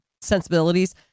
Sensibilities